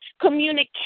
communication